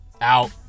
Out